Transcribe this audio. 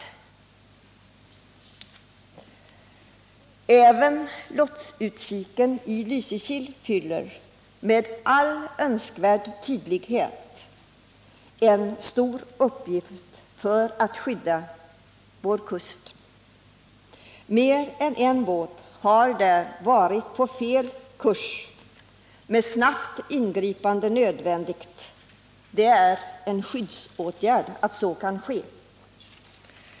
Jag vill i sammanhanget också framhålla att lotsutkiken i Lysekil med all önskvärd tydlighet fyller en stor uppgift när det gäller att skydda vår kust. Mer än en båt har i dessa vatten varit på fel kurs. Detta har nödvändiggjort ett snabbt ingripande, och det är en skyddsåtgärd att se till att så kan ske.